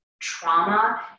Trauma